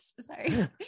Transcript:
sorry